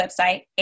website